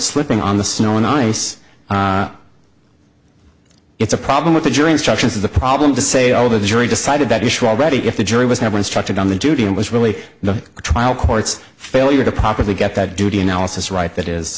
slipping on the snow in ice it's a problem with the jury instructions is the problem to say all the jury decided that issue already if the jury was never instructed on the duty it was really the trial court's failure to properly get that duty analysis right that is